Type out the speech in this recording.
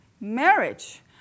Marriage